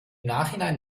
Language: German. nachhinein